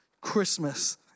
Christmas